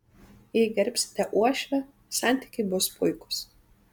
jei gerbsite uošvę santykiai bus puikūs